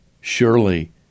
Surely